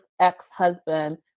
ex-husband